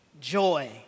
joy